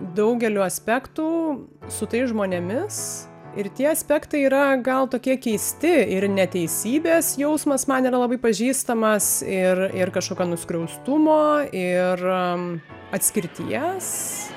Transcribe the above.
daugeliu aspektų su tais žmonėmis ir tie aspektai yra gal tokie keisti ir neteisybės jausmas man yra labai pažįstamas ir ir kažkokio nuskriaustumo ir atskirties